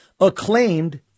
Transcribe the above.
acclaimed